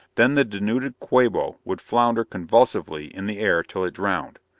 then the denuded quabo would flounder convulsively in the air till it drowned.